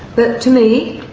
but to me,